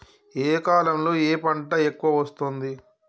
ఏ కాలంలో ఏ పంట ఎక్కువ వస్తోంది?